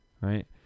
Right